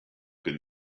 been